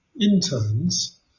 interns